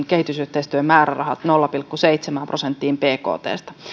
kehitysyhteistyömäärärahat nolla pilkku seitsemään prosenttiin bktstä